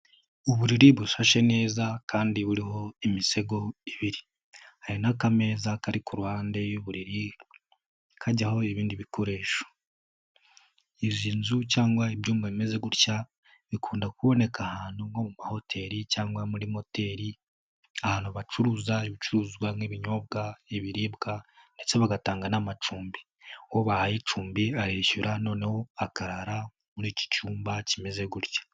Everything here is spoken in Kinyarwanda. Uburiri bushashe neza kandi buriho imisego ibiri, hari n'akameza kari ku ruhande y'uburiri kajyaho ibindi bikoresho, izi nzu cyangwa ibyumba bimeze gutya bikunda kuboneka ahantu nko mu mahoteli cyangwa muri moteri, ahantu bacuruza ibicuruzwa nk'ibinyobwa, ibiribwa ndetse bagatanga n'amacumbi, uwo bahaye icumbi arishyura noneho akarara muri iki cyumba kimeze gutya.